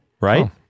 right